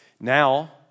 Now